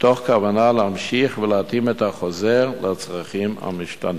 מתוך כוונה להמשיך ולהתאים את החוזר לצרכים המשתנים.